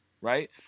right